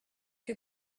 que